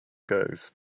goes